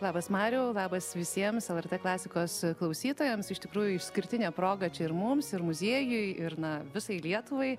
labas mariau labas visiems lrt klasikos klausytojams iš tikrųjų išskirtinė proga čia ir mums ir muziejui ir na visai lietuvai